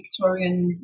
Victorian